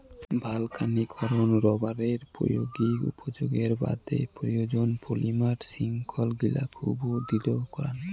ভালকানীকরন রবারের প্রায়োগিক উপযোগের বাদে প্রয়োজন, পলিমার শৃঙ্খলগিলা খুব দৃঢ় করাং